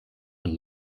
man